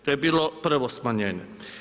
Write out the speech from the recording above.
To je bilo prvo smanjenje.